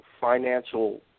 financial